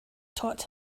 taught